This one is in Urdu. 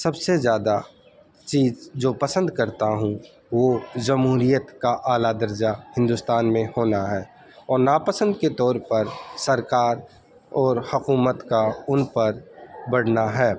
سب سے زیادہ چیز جو پسند کرتا ہوں وہ جمہولیت کا اعلیٰ درجہ ہندوستان میں ہونا ہے اور ناپسند کے طور پر سرکار اور حکومت کا ان پر بڑھنا ہے